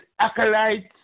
acolytes